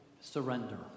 surrender